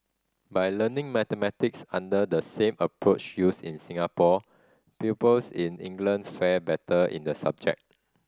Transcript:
by learning mathematics under the same approach used in Singapore pupils in England fared better in the subject